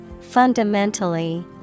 Fundamentally